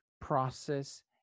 process